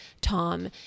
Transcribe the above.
Tom